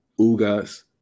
Ugas